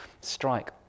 strike